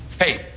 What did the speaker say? hey